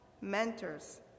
mentors